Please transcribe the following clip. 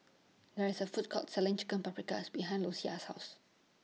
There IS A Food Court Selling Chicken Paprikas behind Louisa's House